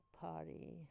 party